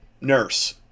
nurse